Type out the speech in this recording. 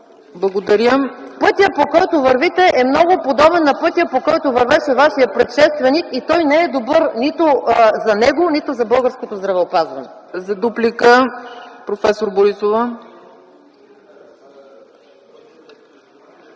база? Пътят, по който вървите, е много подобен на пътя, по който вървеше вашият предшественик и той не е добър нито за него, нито за българското здравеопазване. ПРЕДСЕДАТЕЛ ЦЕЦКА ЦАЧЕВА: